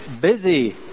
busy